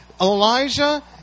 Elijah